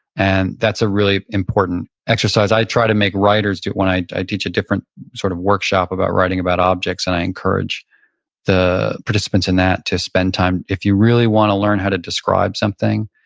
and that's a really important exercise. i try to make writers do it when i i teach a different sort of workshop about writing about objects and i encourage the participants in that to spend time. if you really want to learn how to describe something,